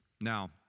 Now